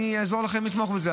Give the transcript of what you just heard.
אני אעזור לכם לתמוך בזה.